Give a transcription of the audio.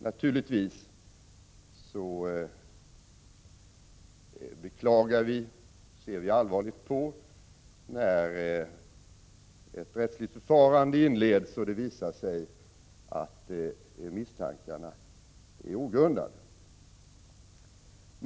Naturligtvis beklagar vi och ser allvarligt på när ett rättsligt förfarande inleds och det visar sig att misstankarna är ogrundade.